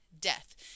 death